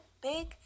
Big